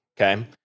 okay